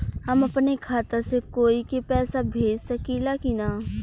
हम अपने खाता से कोई के पैसा भेज सकी ला की ना?